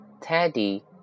Teddy